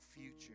future